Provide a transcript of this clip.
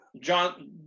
John